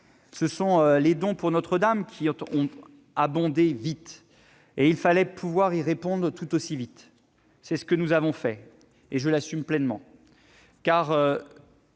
Ce sont les dons pour Notre-Dame qui ont abondé vite ! Et il fallait pouvoir y répondre tout aussi vite. C'est ce que nous avons fait, et je l'assume pleinement.